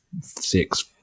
six